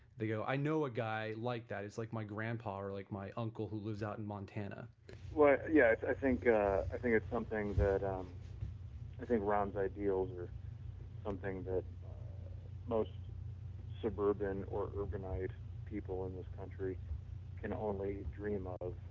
they go, i know a guy like that it's like my grandpa or like my uncle who lives out in montana yeah i think i think it's something that um i think ron's ideals are something that most suburban or urbanized people in this country can only dream of